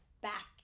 back